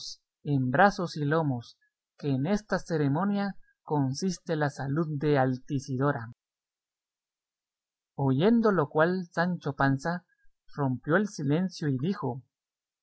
en brazos y lomos que en esta ceremonia consiste la salud de altisidora oyendo lo cual sancho panza rompió el silencio y dijo